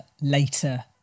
later